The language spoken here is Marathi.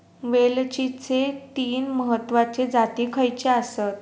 वेलचीचे तीन महत्वाचे जाती खयचे आसत?